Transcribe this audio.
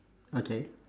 okay